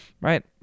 right